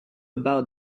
about